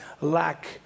lack